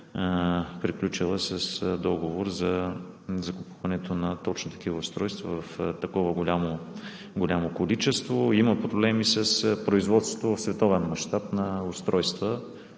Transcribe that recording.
приключила с договор за закупуването на точно такива устройства в такова голямо количество. Има проблеми с производството на устройства